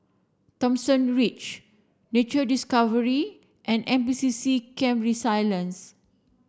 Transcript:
Thomson Ridge Nature Discovery and N P C C Camp Resilience